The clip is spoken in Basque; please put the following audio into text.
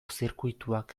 zirkuituak